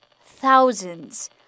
Thousands